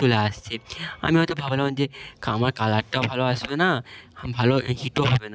চলে আসছে আমি হয়তো ভাবলাম যে আমার কালারটা ভালো আসবে না ভালো হিটও হবে না